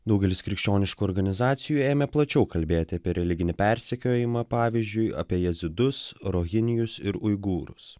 daugelis krikščioniškų organizacijų ėmė plačiau kalbėti apie religinį persekiojimą pavyzdžiui apie jezidus rohinjus ir uigūrus